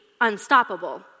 unstoppable